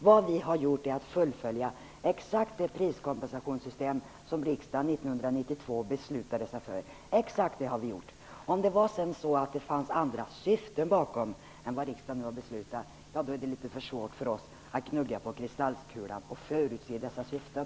Vad vi har gjort är att fullfölja exakt det priskompensationssystem som riksdagen 1992 beslutade sig för. Exakt det har vi gjort. Det kan ha varit så att det fanns andra syften bakom det än vad riksdagen nu har beslutat, men det är litet för svårt för oss att gnugga på kristallkulan och förutse dessa syften.